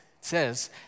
says